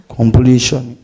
Completion